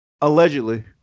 allegedly